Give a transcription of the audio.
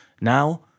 Now